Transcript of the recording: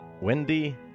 Wendy